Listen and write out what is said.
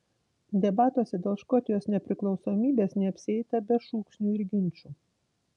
debatuose dėl škotijos nepriklausomybės neapsieita be šūksnių ir ginčų